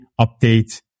update